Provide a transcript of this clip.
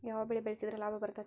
ಯಾವ ಬೆಳಿ ಬೆಳ್ಸಿದ್ರ ಲಾಭ ಬರತೇತಿ?